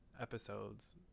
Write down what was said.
episodes